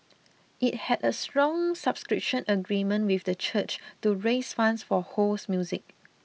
it had a bond subscription agreement with the church to raise funds for Ho's music